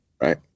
right